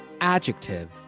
adjective